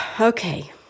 Okay